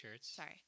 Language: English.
Sorry